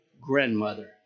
grandmother